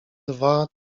dwa